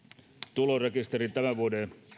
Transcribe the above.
tulorekisterin tämän vuoden